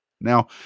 Now